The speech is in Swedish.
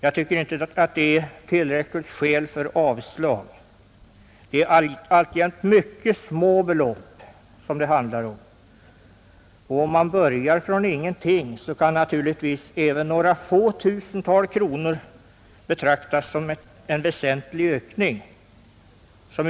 Jag tycker inte att detta är ett tillräckligt skäl för avstyrkande. Det handlar alltjämt om mycket små belopp. Om man börjar från ingenting, kan naturligtvis även några få tusental kronor, som utskottets majoritet anser, betraktas som en ”väsentlig ökning”.